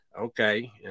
Okay